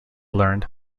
learned